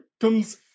comes